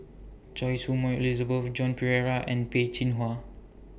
Choy Su Moi Elizabeth Joan Pereira and Peh Chin Hua